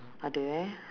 are there